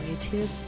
YouTube